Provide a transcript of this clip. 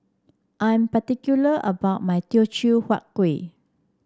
I'm particular about my Teochew Huat Kueh